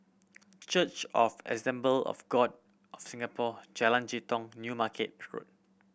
Church of the Assemblies of God of Singapore Jalan Jitong New Market